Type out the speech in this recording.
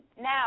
now